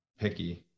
picky